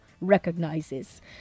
recognizes